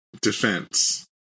defense